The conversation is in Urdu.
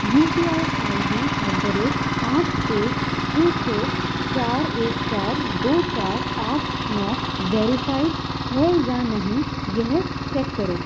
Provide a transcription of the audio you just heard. you P I I D D at the rate آٹھ ایک چھ چھ چار ایک چار دو چار آٹھ نو ویریفائڈ ہے یا نہیں یہ چیک کرو